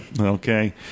Okay